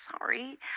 sorry